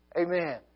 Amen